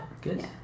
good